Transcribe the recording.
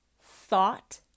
thought